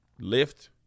lift